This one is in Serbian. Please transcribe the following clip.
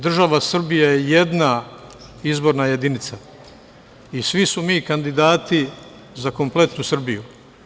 Država Srbija je jedna izborna jedinica i svi smo mi kandidati za kompletnu Srbiju.